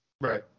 Right